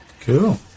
Cool